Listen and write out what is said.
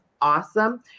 awesome